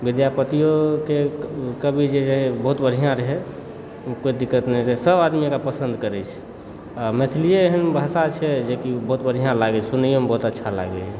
विद्यापतियो के कवि जे रहै बहुत बढ़िआँ रहै कोइ दिक्कत नहि रहै सभ आदमी ओकरा पसन्द करै छै आ मैथिलिए एहन भाषा छै जेकि बहुत बढ़िआँ लागै छै सुनैयोमऽ बहुत अच्छा लागै यऽ